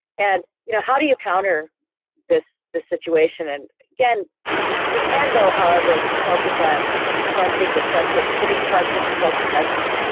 and you know how do you counter this this situation and again we can though however focus on trusting the trusted getting trust in the trusted messengers.